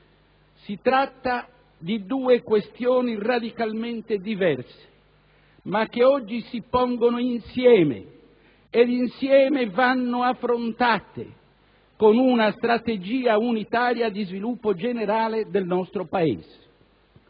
Si tratta di due questioni radicalmente diverse, ma che oggi si pongono insieme ed insieme vanno affrontate, con una strategia unitaria di sviluppo generale del nostro Paese.